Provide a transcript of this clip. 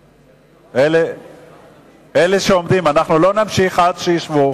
אלה שעומדים, אנחנו לא נמשיך עד שישבו.